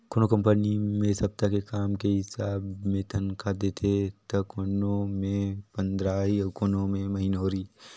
कोनो कंपनी मे सप्ता के काम के हिसाब मे तनखा देथे त कोनो मे पंदराही अउ कोनो मे महिनोरी